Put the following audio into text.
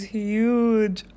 huge